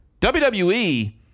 WWE